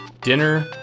dinner